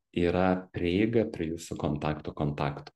yra prieiga prie jūsų kontakto kontaktų